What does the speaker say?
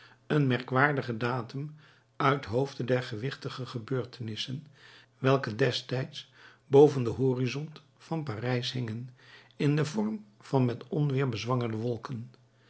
een merkwaardige datum uit hoofde der gewichtige gebeurtenissen welke destijds boven den horizont van parijs hingen in den vorm van met onweer bezwangerde wolken